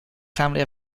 family